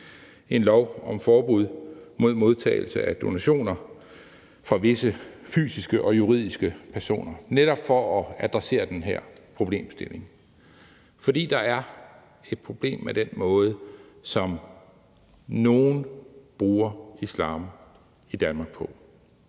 en lov om forbud mod modtagelse af donationer fra visse fysiske og juridiske personer netop for at adressere den her problemstilling. For der er et problem med den måde, som nogle bruger islam på i Danmark.